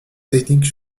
techniques